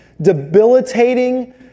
debilitating